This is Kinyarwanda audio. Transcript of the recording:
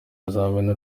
bizamini